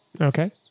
Okay